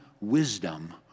wisdom